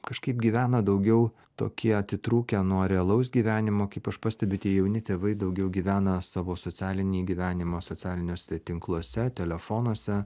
kažkaip gyvena daugiau tokie atitrūkę nuo realaus gyvenimo kaip aš pastebiu tie jauni tėvai daugiau gyvena savo socialinį gyvenimą socialiniuose tinkluose telefonuose